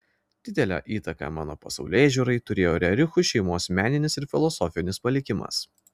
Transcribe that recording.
didelę įtaką mano pasaulėžiūrai turėjo rerichų šeimos meninis ir filosofinis palikimas